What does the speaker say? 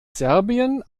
serbien